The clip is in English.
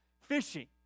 fishing